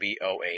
BOA